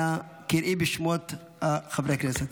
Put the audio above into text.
אנא קראי בשמות חברי הכנסת.